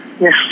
Yes